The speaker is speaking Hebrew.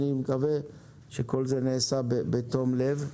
אני מקווה שכל זה נעשה בתום-לב.